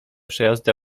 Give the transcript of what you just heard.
przejazdy